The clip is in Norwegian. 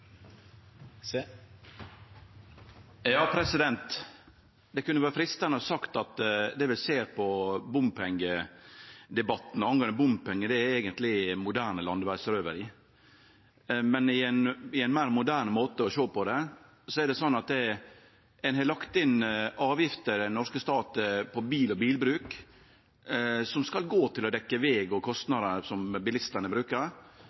Det kunne ha vore freistande å seie at det vi ser av bompengedebatten, det som gjeld bompengar, eigentleg er moderne landevegsrøveri. Ein meir moderne måte å sjå det på, er at den norske staten har lagt inn avgifter på bil og bilbruk som skal gå til å dekkje veg og kostnader som bilistane